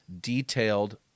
detailed